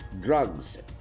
drugs